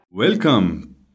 Welcome